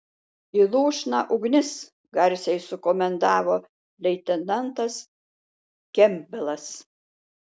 į lūšną ugnis garsiai sukomandavo leitenantas kempbelas